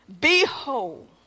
Behold